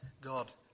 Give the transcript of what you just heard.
God